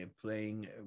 playing